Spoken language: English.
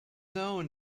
though